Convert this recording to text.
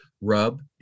rub